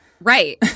Right